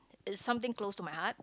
is something close to my heart